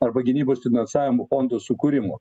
arba gynybos finansavimo fondo sukūrimo